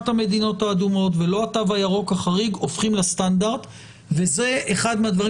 המדינות האדומות ולא התו הירוק החריג הופכים לסטנדרט וזה אחד מהדברים